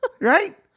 Right